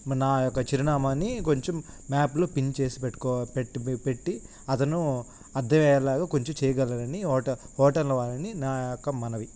నా యొక్క చిరునామాని కొంచెం మ్యాప్లో పిన్ చేసి పెట్టుకో పెట్టి అతను అర్దమయ్యేలాగా కొంచెం చేయగలరని హోట హోటల్ వారిని నా యొక్క మనవి